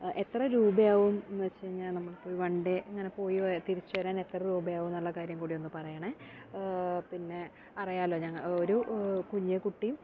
എത്ര രൂപയാവും എന്ന് വെച്ച് കഴിഞ്ഞാൽ നമുക്ക് വൺ ഡേ അങ്ങനെ പോയി വാ തിരിച്ച് വരാൻ എത്ര രൂപയാവും എന്നുള്ള കാര്യം കൂടി ഒന്ന് പറയണേ പിന്നെ അറിയാമല്ലോ ഞങ്ങൾ ഒരു കുഞ്ഞ് കുട്ടിയും